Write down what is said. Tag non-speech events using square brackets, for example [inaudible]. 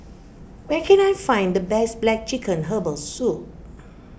[noise] where can I find the best Black Chicken Herbal Soup